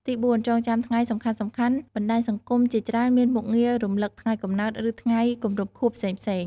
ទីបួន ចងចាំថ្ងៃសំខាន់ៗ បណ្ដាញសង្គមជាច្រើនមានមុខងាររំលឹក ថ្ងៃកំណើត ឬថ្ងៃគម្រប់ខួបផ្សេងៗ។